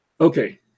Okay